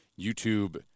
YouTube